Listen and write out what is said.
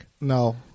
No